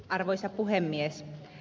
arvoisa puhemies